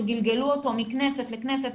שגלגלו אותו מכנסת לכנסת,